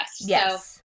Yes